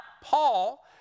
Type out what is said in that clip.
Paul